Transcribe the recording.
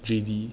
J_D